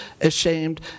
ashamed